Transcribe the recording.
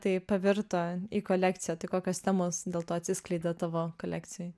tai pavirto į kolekciją tai kokios temos dėl to atsiskleidė tavo kolekcijoj